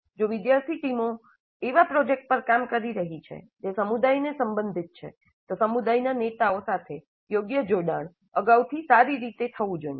જો વિદ્યાર્થી ટીમો એવા પ્રોજેક્ટ પર કામ કરી રહી છે જે સમુદાયને સંબંધિત છે તો સમુદાયના નેતાઓ સાથે યોગ્ય જોડાણ અગાઉથી સારી રીતે થવું જોઈએ